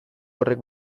horrek